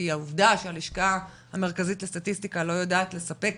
כי העובדה שהלשכה המרכזית לסטטיסטיקה לא יודעת לספק